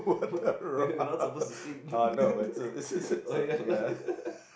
what we lost almost the things oh yeah lah